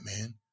man